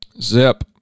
zip